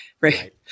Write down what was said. right